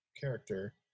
character